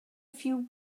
few